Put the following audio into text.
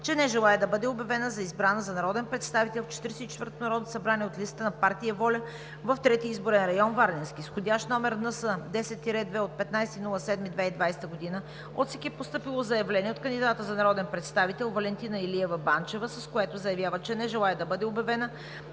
че не желае да бъде обявена за избрана за народен представител в 44-тото Народно събрание от листата на партия ВОЛЯ в Трети изборен район – Варненски. С входящ № НС-10-2 от 15 юли 2020 г. от ЦИК е постъпило заявление от кандидата за народен представител Валентина Илиева Банчева, с което заявява, че не желае да бъде обявена